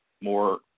more